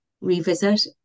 revisit